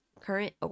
current